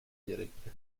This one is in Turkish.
gerekli